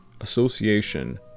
association